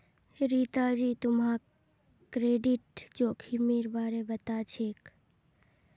रीता जी, तुम्हाक क्रेडिट जोखिमेर बारे पता छे?